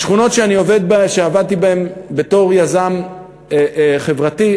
בשכונות שעבדתי בהן בתור יזם חברתי,